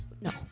No